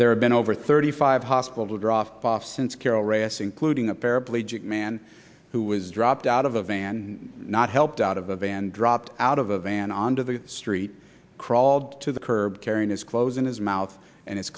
there have been over thirty five hospital drof since carol ross including a paraplegic man who was dropped out of a van not helped out of the van dropped out of a van onto the street crawled to the curb tearing his clothes in his mouth and it's